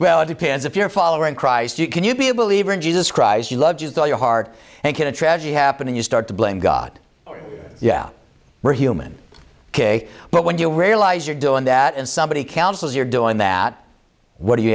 well it depends if you're following christ you can you be a believer in jesus christ you loved you tell your heart and had a tragedy happen and you start to blame god yeah we're human ok but when you realize you're doing that and somebody counsels you're doing that what do you